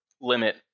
limit